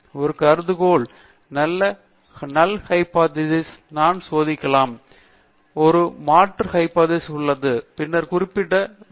ஒரு கருதுகோள் அல்லது எந்த நல் ஹைப்போதீசிஸ் ம் நான் சோதிக்க போதெல்லாம் ஒரு மாற்று ஹைப்போதீசிஸ் உள்ளது பின்னர் நான் குறிப்பிட வேண்டும்